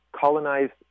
colonized